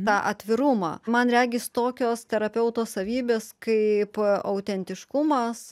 tą atvirumą man regis tokios terapeuto savybės kaip autentiškumas